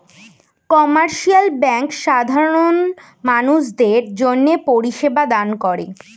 commercial bank সাধারণ মানুষদের জন্যে পরিষেবা দান করে